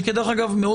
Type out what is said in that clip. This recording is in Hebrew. שדרך אגב מאוד